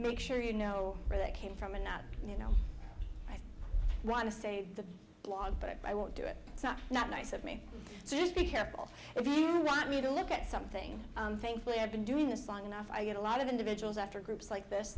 make sure you know where that came from and not you know i want to save the blog but i won't do it it's not not nice of me just be careful if you want me to look at something thankfully i've been doing this long enough i get a lot of individuals after groups like this